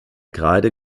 kreide